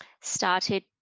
started